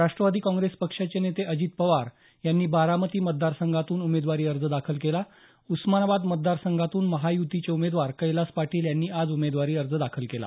राष्ट्रवादी काँग्रेस पक्षाचे नेते अजित पवार यांनी बारामती मतदार संघातून उमेदवारी अर्ज दाखल केला उस्मानाबाद मतदारसंघातून महायुतीचे उमेदवार कैलास पाटील यांनी आज उमेदवारी अर्ज दाखल केला